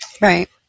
Right